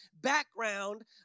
background